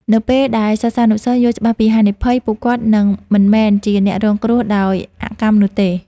នៅពេលដែលសិស្សានុសិស្សយល់ច្បាស់ពីហានិភ័យ ពួកគាត់នឹងមិនមែនជាអ្នករងគ្រោះដោយអកម្មនោះទេ។